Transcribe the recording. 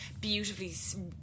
Beautifully